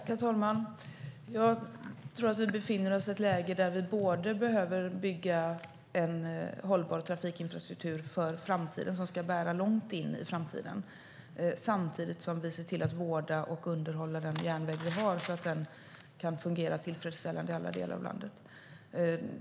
Herr talman! Jag tror att vi befinner oss i ett läge där vi behöver bygga en hållbar trafikinfrastruktur som ska bära långt in i framtiden samtidigt som vi ser till att vårda och underhålla den järnväg vi har, så att den kan fungera tillfredsställande i alla delar av landet.